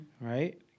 Right